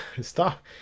stop